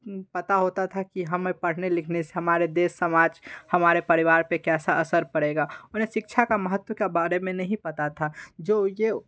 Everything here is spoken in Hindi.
पता होता था कि हमें पढ़ने लिखने से हमारे देश समाज हमारे परिवार पर कैसा असर पड़ेगा उन्हें शिक्षा का महत्व का बारे में नहीं पता था जो यह